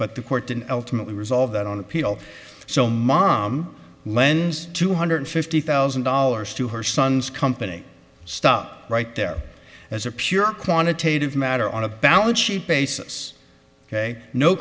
but the court and ultimately resolve that on appeal so mom lends two hundred fifty thousand dollars to her son's company stop right there as a pure quantitative matter on a balance